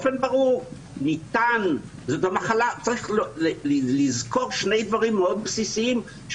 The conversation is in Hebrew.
צריך לזכור שני דברים מאוד בסיסיים.